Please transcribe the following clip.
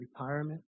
retirement